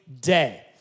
day